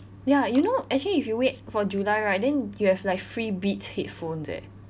ya you know actually if you wait for july right then you have like free beats headphones eh